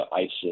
ISIS